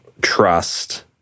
trust